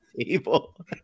table